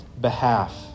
behalf